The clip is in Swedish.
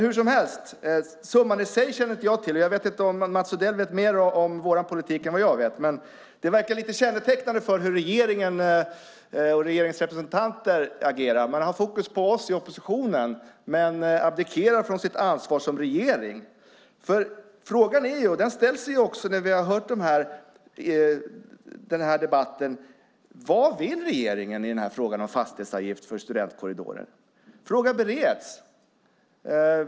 Hur som helst; summan i sig känner inte jag till. Jag vet inte om Mats Odell vet mer om vår politik än vad jag vet, men det verkar lite kännetecknande för hur regeringen och regeringens representanter agerar. Man har fokus på oss i oppositionen men abdikerar från sitt ansvar som regering. Frågan vad regeringen vill när det gäller fastighetsavgift för studentkorridorer har ställts i debatten. Frågan bereds.